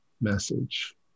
message